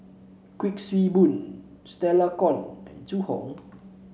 Kuik Swee Boon Stella Kon and Zhu Hong